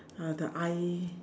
uh the eye